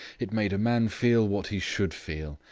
it made a man feel what he should feel,